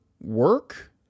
work